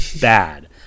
bad